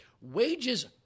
Wages